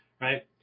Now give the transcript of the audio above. right